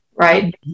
Right